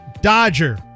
Dodger